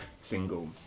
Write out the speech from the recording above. single